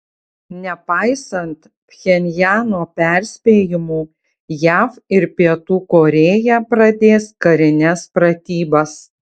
nepaisant pchenjano perspėjimų jav ir pietų korėja pradės karines pratybas